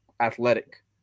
athletic